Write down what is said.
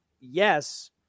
yes